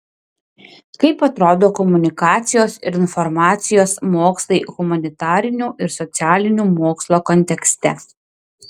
kaip atrodo komunikacijos ir informacijos mokslai humanitarinių ir socialinių mokslų kontekste